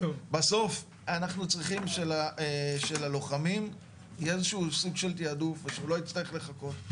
בסוף צריכים שללוחמים שלנו יהיה תעדוף ושהם לא יצטרכו לחכות.